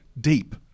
deep